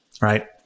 right